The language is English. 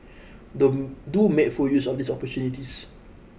don't do make full use of these opportunities